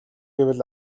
гэвэл